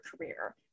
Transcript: career